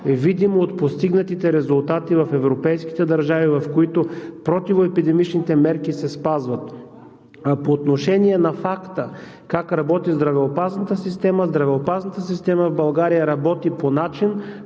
видимо от постигнатите резултати в европейските държави, в които противоепидемичните мерки се спазват. По отношение на факта как работи здравеопазната система? Здравеопазната система в България работи по начин,